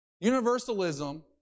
Universalism